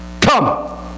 Come